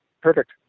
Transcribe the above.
Perfect